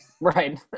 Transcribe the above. right